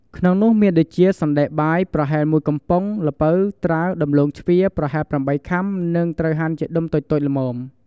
ក្នុងនោះមានដូចជា សណ្ដែកបាយ ប្រហែល ១ កំប៉ុង, ល្ពៅ ត្រាវ ដំឡូងជ្វា ប្រហែល ៨ ខាំ ហើយត្រូវហាន់ជាដុំតូចៗល្មម។